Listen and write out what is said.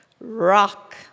rock